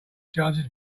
chances